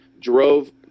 drove